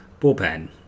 Bullpen